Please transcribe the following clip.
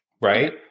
right